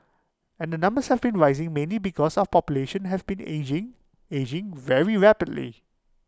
and the numbers have been rising mainly because of population has been ageing ageing very rapidly